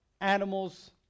animals